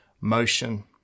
motion